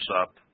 up